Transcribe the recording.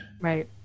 Right